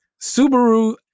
Subaru